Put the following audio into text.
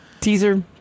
teaser